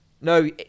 No